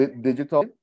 digital